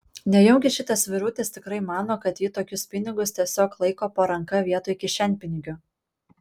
nejaugi šitas vyrutis tikrai mano kad ji tokius pinigus tiesiog laiko po ranka vietoj kišenpinigių